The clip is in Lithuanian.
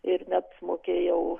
ir net mokėjau